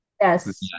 Yes